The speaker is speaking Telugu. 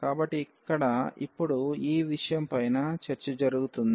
కాబట్టి ఇప్పుడు ఈ విషయం పైన ఇక్కడ చర్చ జరుగుతుంది